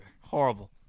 horrible